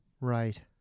Right